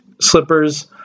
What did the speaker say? slippers